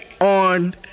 on